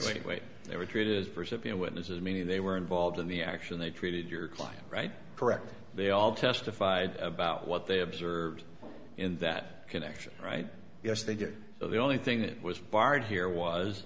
wait wait they were treated for subpoena witnesses meaning they were involved in the action they treated your client right correctly they all testified about what they observed in that connection right yes they did so the only thing it was barred here was